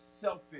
selfish